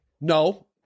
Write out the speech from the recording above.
No